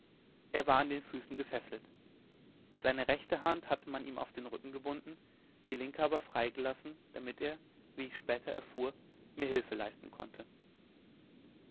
er war an den füßen gefesselt seine rechte hand hatte man ihm auf den rücken gebunden die linke aber frei gelassen damit er wie ich später erfuhr mir hilfe leisten könne